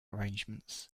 arrangements